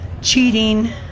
cheating